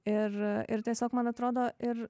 ir ir tiesiog man atrodo ir